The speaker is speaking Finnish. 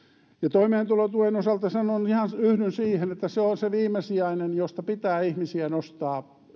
toimeentulotuen osalta yhdyn siihen että se on se viimesijainen tuki josta pitää ihmisiä nostaa